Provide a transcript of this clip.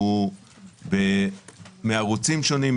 מערוצים שונים,